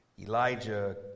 Elijah